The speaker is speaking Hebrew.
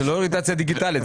זה לא אוריינטציה דיגיטלית,